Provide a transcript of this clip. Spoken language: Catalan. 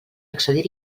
accedir